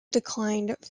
declined